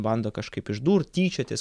bando kažkaip išdurt tyčiotis